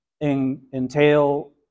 entail